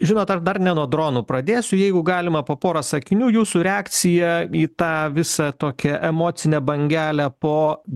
žinot aš dar ne nuo dronų pradėsiu jeigu galima po porą sakinių jūsų reakcija į tą visą tokią emocinę bangelę po